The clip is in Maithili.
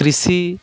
कृषि